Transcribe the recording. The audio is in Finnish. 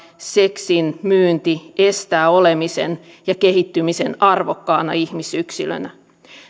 seksin myynti estää olemisen ja kehittymisen arvokkaana ihmisyksilönä